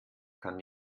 kann